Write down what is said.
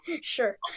Sure